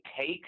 take